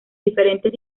diferentes